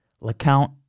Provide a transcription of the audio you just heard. LeCount